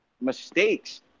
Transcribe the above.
mistakes